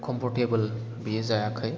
comfortable बेयो जायाखै